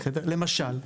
למשל,